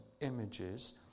images